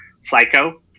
Psycho